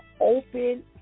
open